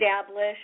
establish